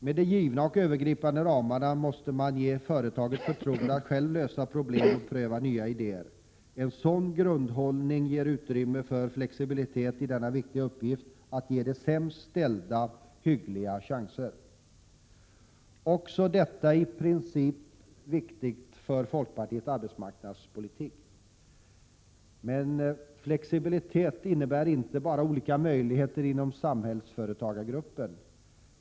Med de givna och övergripande ramarna måste man ge företaget förtroende att självt lösa problem och pröva nya idéer. En sådan grundhållning ger utrymme för flexibilitet i den viktiga uppgiften att ge de sämst ställda hyggliga chanser. Också detta är en viktig princip för folkpartiets arbetsmarknadspolitik. Men flexibilitet innebär inte bara olika möjligheter inom samhällsföretagsgruppen.